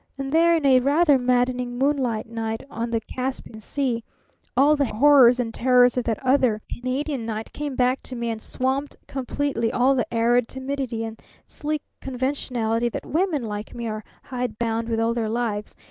and there in a rather maddening moonlight night on the caspian sea all the horrors and terrors of that other canadian night came back to me and swamped completely all the arid timidity and sleek conventionality that women like me are hidebound with all their lives,